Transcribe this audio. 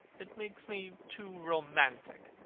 it makes me too romantic.